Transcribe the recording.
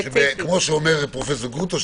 כפי שאומר פרופ' גרוטו,